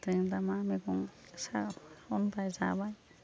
मा मैगं संबाय जाबाय